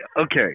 Okay